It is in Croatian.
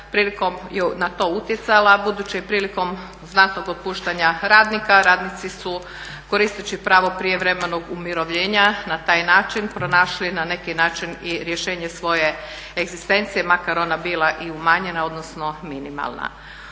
na to utjecala, budući je prilikom znatnog otpuštanja radnika radnici su koristeći pravo prijevremenog umirovljenja na taj način pronašli na neki način i rješenje svoje egzistencije makar ona bila i umanjena, odnosno minimalna.